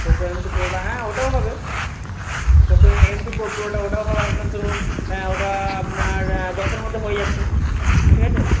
Poco M two প্রোটা হ্যাঁ ওটাও হবে Poco M M two pro প্রোটা ওটাও হবে আপনার ধরুন হ্যাঁ ওটা আপনার দশের মধ্যে হয়ে যাচ্ছে ঠিক আছে